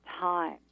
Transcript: time